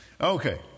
Okay